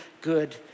good